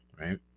right